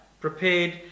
prepared